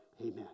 Amen